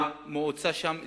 המועצה שם סגורה.